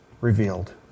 revealed